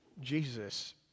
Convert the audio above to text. Jesus